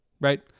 right